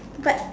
but